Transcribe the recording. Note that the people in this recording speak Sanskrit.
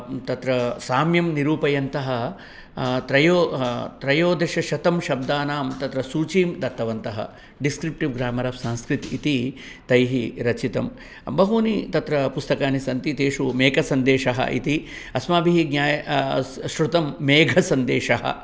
तत्र साम्यं निरूपयन्तः त्रयो त्रयोदशशतं शब्दानां तत्र सूचिः दत्तवन्तः डिस्क्रिप्टिव् ग्रामर् ओफ् सन्स्क्रित् इति तैः रचितं बहूनि तत्र पुस्तकानि सन्ति तेषु मेघसन्देशः इति अस्माभिः ज्ञातं स् श्रुतं मेघसन्देशः